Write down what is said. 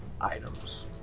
items